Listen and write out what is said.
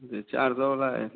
जे चार सौ वाला है